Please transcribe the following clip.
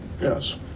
Yes